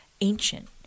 ancient